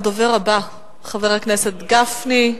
הדובר הבא, חבר הכנסת משה גפני,